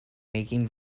making